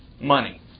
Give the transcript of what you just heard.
money